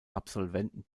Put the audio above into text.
absolventen